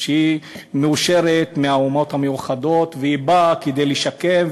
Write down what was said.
שהיא מאושרת על-ידי האומות המאוחדות והיא באה כדי לשקם,